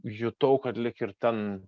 jutau kad lyg ir ten